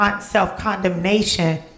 self-condemnation